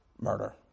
murder